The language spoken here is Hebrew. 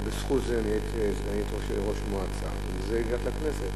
אלא בזכות זה נהיית סגנית ראש מועצה ומזה הגעת לכנסת.